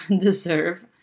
deserve